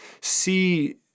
see